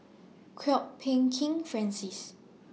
Kwok Peng Kin Francis